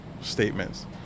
statements